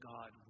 God